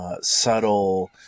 subtle